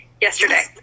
Yesterday